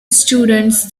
students